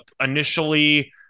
Initially